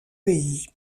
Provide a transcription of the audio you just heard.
pays